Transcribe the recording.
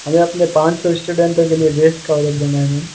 हमें अपने पाँच सौ स्टूडेंटो के लिए ड्रेस का ऑर्डर देना है मैम